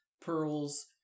Pearl's